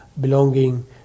belonging